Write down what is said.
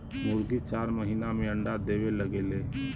मुरगी चार महिना में अंडा देवे लगेले